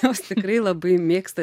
jos tikrai labai mėgsta